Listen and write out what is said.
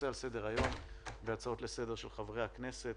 על סדר היום והצעות לסדר של חברי הכנסת.